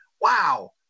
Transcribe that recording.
wow